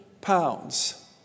pounds